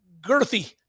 girthy